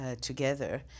together